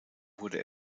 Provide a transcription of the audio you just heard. wurde